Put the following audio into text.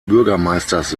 bürgermeisters